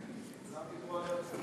כולם דיברו על הרצל.